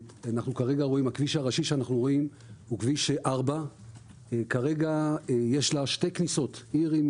הכביש הראשי שאנחנו רואים הוא כביש 4. זאת עיר עם